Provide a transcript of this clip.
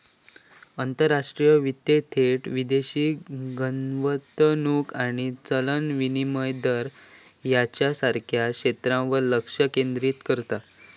आंतरराष्ट्रीय वित्त थेट विदेशी गुंतवणूक आणि चलन विनिमय दर ह्येच्यासारख्या क्षेत्रांवर लक्ष केंद्रित करता